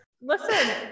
Listen